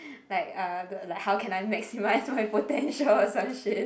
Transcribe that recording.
like uh the like how can I maximise my potential or some shit